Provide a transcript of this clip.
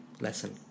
lesson